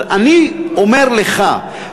אני אומר לך,